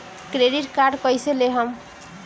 Credit card कईसे लेहम?